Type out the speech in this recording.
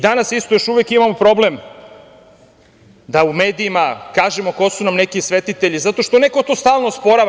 Danas isto još uvek imamo problem da u medijima kažemo ko su nam neki svetitelji, zato što neko to stalno osporava.